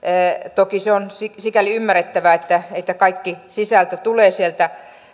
toki se on sikäli ymmärrettävää että että kaikki sisältö tulee sieltä